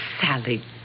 Sally